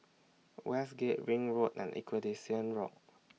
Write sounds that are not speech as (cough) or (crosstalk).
Westgate Ring Road and Equest (unintelligible) Rock